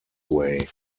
way